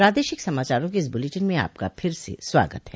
प्रादेशिक समाचारों के इस बुलेटिन में आपका फिर से स्वागत है